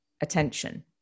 attention